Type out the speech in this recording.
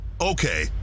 Okay